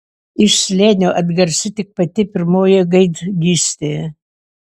iš slėnio atgarsi tik pati pirmoji gaidgystė